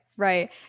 Right